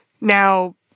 now